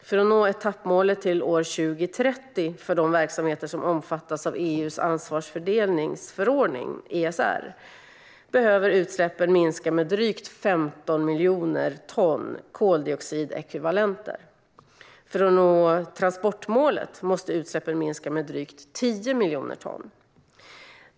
För att nå etappmålet till år 2030 för de verksamheter som omfattas av EU:s ansvarsfördelningsförordning, ESR, behöver utsläppen minska med drygt 15 miljoner ton koldioxidekvivalenter. För att nå transportmålet måste utsläppen minska med drygt 10 miljoner ton.